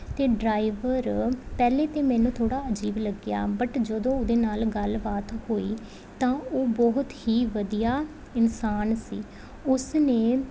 ਅਤੇ ਡਰਾਈਵਰ ਪਹਿਲੇ ਤਾਂ ਮੈਨੂੰ ਥੋੜ੍ਹਾ ਅਜੀਬ ਲੱਗਿਆ ਬਟ ਜਦੋਂ ਉਹਦੇ ਨਾਲ ਗੱਲਬਾਤ ਹੋਈ ਤਾਂ ਉਹ ਬਹੁਤ ਹੀ ਵਧੀਆ ਇਨਸਾਨ ਸੀ ਉਸ ਨੇ